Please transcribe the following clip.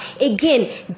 Again